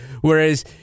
Whereas